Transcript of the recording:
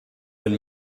been